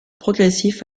progressif